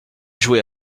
jouait